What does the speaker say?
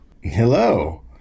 Hello